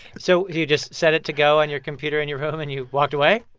so you just set it to go on your computer in your room and you walked away?